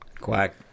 Quack